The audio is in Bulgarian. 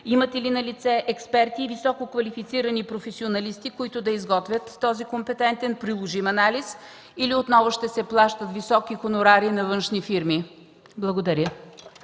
Имате ли налице експерти и висококвалифицирани професионалисти, които да изготвят този компетентен приложим анализ, или отново ще се плащат високи хонорари на външни фирми? Благодаря.